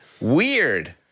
Weird